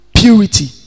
purity